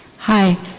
hi,